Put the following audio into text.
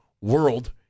world